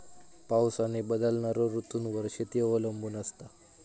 पाऊस आणि बदलणारो ऋतूंवर शेती अवलंबून असता